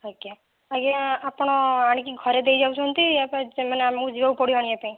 ଆଜ୍ଞା ଆଜ୍ଞା ଆପଣ ଆଣିକି ଘରେ ଦେଇ ଯାଉଛନ୍ତି ୟା'ଫେର୍ ମାନେ ଆମକୁ ଯିବାକୁ ପଡ଼ିବ ଆଣିବାପାଇଁ